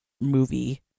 movie